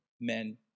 men